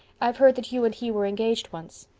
i've heard that you and he were engaged once.